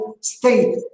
state